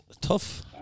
tough